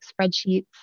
spreadsheets